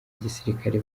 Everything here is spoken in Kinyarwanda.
gisirikari